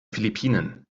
philippinen